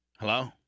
Hello